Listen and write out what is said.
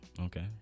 Okay